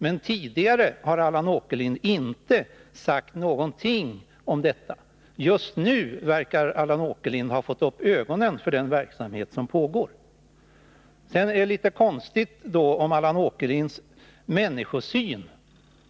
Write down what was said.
Men Allan Åkerlind har tidigare inte sagt någonting om det här. Det verkar som om Allan Åkerlind just nu har fått upp ögonen för den verksamhet som pågår. Allan Åkerlinds människosyn är litet konstig.